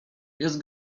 jest